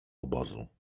obozu